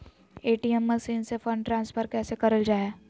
ATM machine से fund transfer कैसे करल जा है?